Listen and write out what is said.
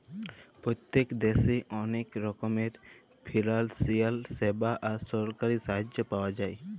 পত্তেক দ্যাশে অলেক রকমের ফিলালসিয়াল স্যাবা আর সরকারি সাহায্য পাওয়া যায়